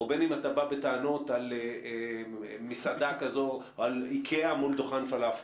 או בין אם אתה בא בטענות על מסעדה כזו או על איקאה מול דוכן פלאפל.